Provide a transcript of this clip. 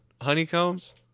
Honeycombs